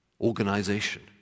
organization